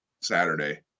Saturday